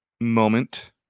moment